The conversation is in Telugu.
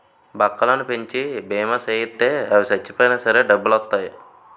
బక్కలను పెంచి బీమా సేయిత్తే అవి సచ్చిపోయినా సరే డబ్బులొత్తాయి